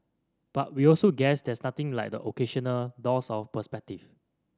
but we also guess there's nothing like the occasional dose of perspective